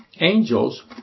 angels